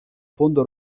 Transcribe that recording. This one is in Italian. fondo